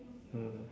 mm